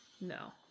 No